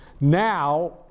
Now